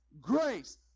grace